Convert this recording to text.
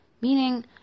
Meaning